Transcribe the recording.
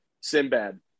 Sinbad